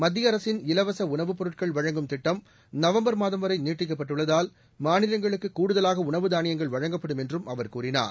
மத்திய அரசின் இலவச உணவு பொருட்கள் வழங்கும் திட்டம் நவம்பர் மாதம் வரை நீட்டிக்கப்பட்டுள்ளதால் மாநிலங்களுக்கு கூடுதவாக உணவு தானியங்கள் வழங்கப்படும் என்றும் அவர் கூறினார்